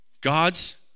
God's